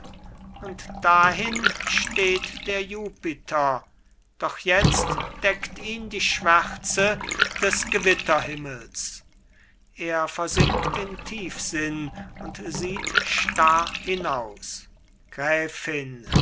und dahin steht der jupiter doch jetzt deckt ihn die schwärze des gewitterhimmels er versinkt in tiefsinn und sieht starr hinaus gräfin